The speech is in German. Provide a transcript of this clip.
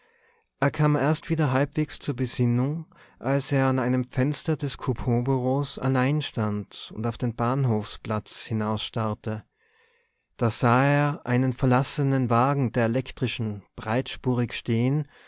er kam erst wieder halbwegs zur besinnung als er an einem fenster des couponbureaus allein stand und auf den bahnhofsplatz hinausstarrte da sah er einen verlassenen wagen der elektrischen breitspurig stehen